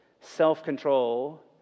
self-control